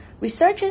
Researchers